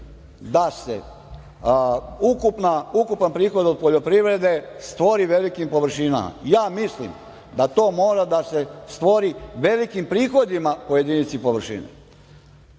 da se ukupan prihod od poljoprivrede stvori velikim površinama. Ja mislim da to mora da se stvori velikim prihodima po jedinici površine. Još